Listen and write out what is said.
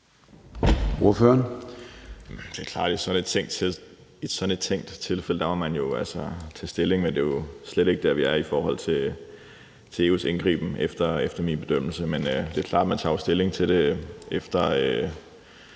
sådan et tænkt tilfælde må man tage stilling, men det er slet ikke der, vi er i forhold til EU's indgriben efter min bedømmelse. Det er klart, at man tager stilling til det, når